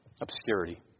Obscurity